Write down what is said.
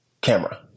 camera